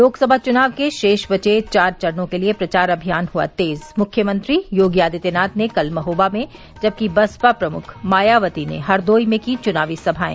लोकसभा चुनाव के शेष बचे चार चरणों के लिये प्रचार अभियान हुआ तेज मुख्यमंत्री योगी आदित्यनाथ ने कल महोबा में जबकि बसपा प्रमुख मायावती ने हरदोई में की चुनावी सभाएं